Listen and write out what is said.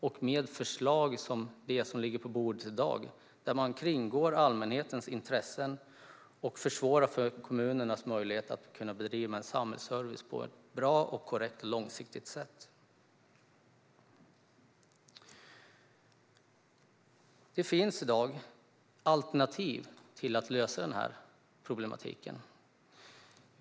De förslag som ligger på bordet i dag innebär att man kringgår allmänhetens intressen och försvårar kommunernas möjlighet att kunna bedriva en samhällsservice på ett bra, korrekt och långsiktigt sätt. Det finns i dag alternativ för att lösa problematiken.